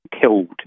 killed